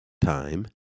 time